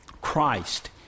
Christ